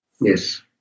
Yes